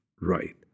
right